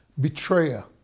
Betrayer